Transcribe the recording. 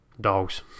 dogs